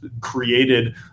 created